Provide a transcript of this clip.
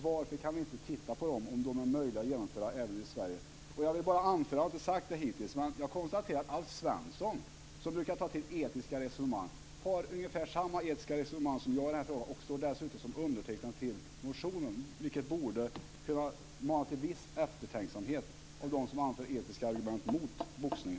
Varför kan vi inte titta närmare på om de åtgärderna är möjliga att genomföra även i Sverige? Jag vill bara anföra, jag har inte sagt det hittills, att Alf Svensson, som brukar ta till etiska resonemang, för ungefär samma etiska resonemang som jag i den här frågan och står dessutom som undertecknare till motionen, vilket borde kunna mana till viss eftertänksamhet hos dem som anför etiska argument mot boxning.